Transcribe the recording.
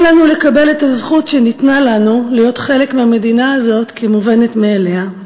אל לנו לקבל את הזכות שניתנה לנו להיות חלק מהמדינה הזאת כמובנת מאליה.